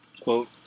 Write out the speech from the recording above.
Quote